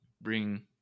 bring